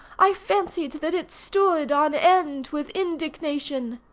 i fancied that it stood on end with indignation.